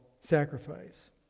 sacrifice